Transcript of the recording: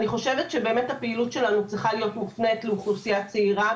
אני חושבת שבאמת הפעילות שלנו צריכה להיות מופנית לאוכלוסייה צעירה,